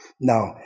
Now